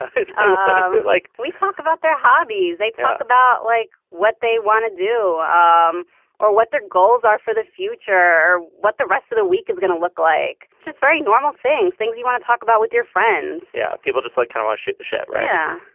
um like we talk about their hobbies. they talk about like what they want to do um or what their goals are for the future what the rest of the week is going to look like. just very normal things things you want to talk about with your friends. yeah people just like kind of shoot the shit. right. yeah